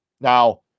Now